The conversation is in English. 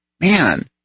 man